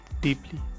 deeply